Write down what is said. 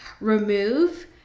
remove